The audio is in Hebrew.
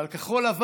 אבל בכחול לבן